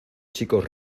chicos